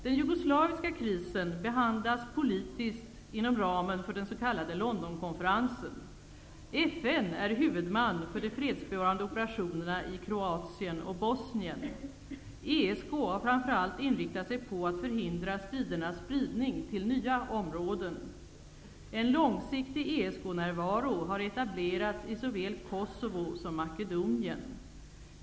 Den jugoslaviska krisen behandlas politiskt inom ramen för den s.k. Londonkonferensen. FN är huvudman för de fredsbevarande operationerna i Kroatien och Bosnien. ESK har framför allt inriktat sig på att förhindra stridernas spridning till nya områden. En långsiktig ESK-närvaro har etablerats i såväl Kosovo som Makedonien.